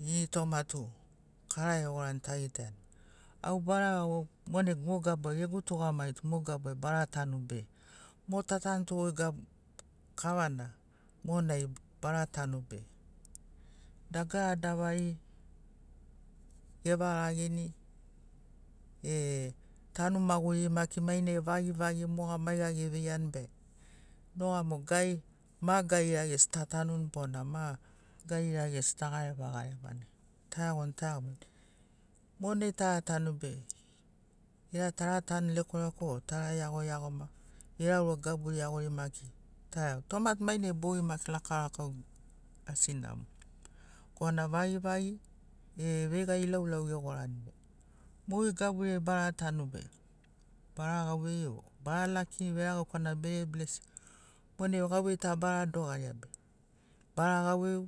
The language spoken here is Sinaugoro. Ini toma tu kara egorani tagitaiani au bara iago monai mo gab gegu tugamagitu mo gabuai bara tanu be mo ta tanto gab kavana monai bara tanu be dagara davari evarageni e tanu maguri maki mainai vagivagi moga maiga eveiani be noga mo gai ma garira gesi ta tanuni bona ma garira gesi ta garevagarevani taeagoni taeagomani monai ta tanu be gera tara tanu lekwalekwa o tara iagoiagoma gera ura gaburi iagori maki tara toma mainai bogi lakaulakau asi namo korana vagivagi e veiga ilauilau egorani mogeri gaburiai bara tanu be bara gauvei o bara laki veregaukana na bere blesigu monai gauvei ta bara dogaria be bara gauvei